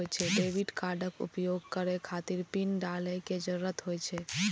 debit कार्डक उपयोग करै खातिर पिन डालै के जरूरत होइ छै